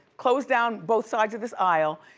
close down both sides of this aisle.